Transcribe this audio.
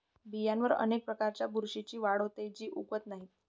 बियांवर अनेक प्रकारच्या बुरशीची वाढ होते, जी उगवत नाही